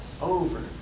over